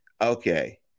okay